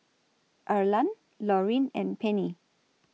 Arlan Lauryn and Pennie